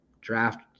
draft